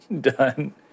done